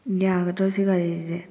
ꯌꯥꯒꯗ꯭ꯔꯣ ꯁꯤ ꯒꯥꯔꯤꯁꯦ